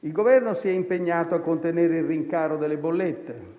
Il Governo si è impegnato a contenere il rincaro delle bollette.